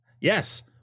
Yes